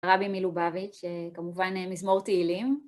הרבי מלובביץ', כמובן מזמור תהילים.